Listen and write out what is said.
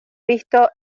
visto